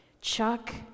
Chuck